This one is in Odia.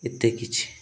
ଏତେ କିଛି